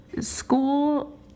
school